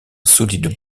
solide